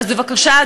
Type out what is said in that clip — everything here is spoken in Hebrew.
אז בבקשה,